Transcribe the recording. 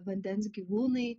vandens gyvūnai